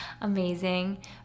amazing